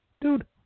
dude